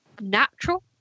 natural